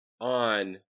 on